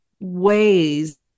ways